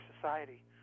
society